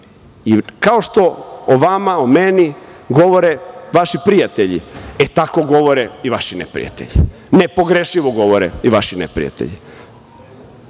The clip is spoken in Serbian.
Kao što o vama, o meni govore vaši prijatelji, e tako govore i vaši neprijatelji. Nepogrešivo govore i vaši neprijatelji. Što